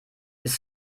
ist